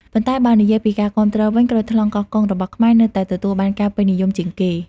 ប៉ុន្តែបើនិយាយពីការគាំទ្រវិញ ក្រូចថ្លុងកោះកុង របស់ខ្មែរនៅតែទទួលបានការពេញនិយមជាងគេ។